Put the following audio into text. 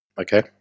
Okay